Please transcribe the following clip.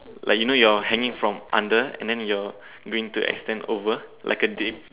like you know you're hanging from under and then you're going to extend over like a Dick